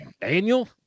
Daniel